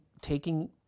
taking